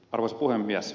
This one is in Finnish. arvoisa puhemies